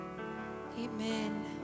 Amen